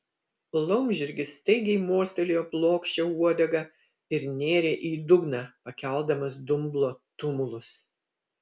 laumžirgis staigiai mostelėjo plokščia uodega ir nėrė į dugną pakeldamas dumblo tumulus